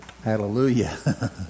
Hallelujah